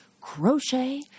crochet